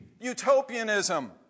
utopianism